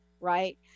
Right